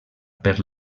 per